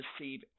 receive